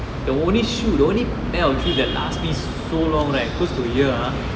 the only shoe the only pair of shoes that last me so long right close to a year ah